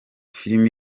film